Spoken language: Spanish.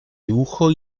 dibujo